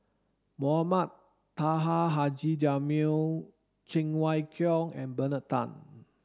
Mohamed Taha Haji Jamil Cheng Wai Keung and Bernard Tan